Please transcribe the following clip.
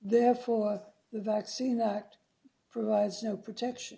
therefore the vaccine act provides no protection